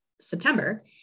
September